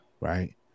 Right